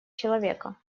человека